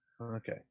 Okay